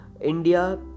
India